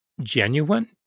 genuine